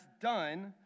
done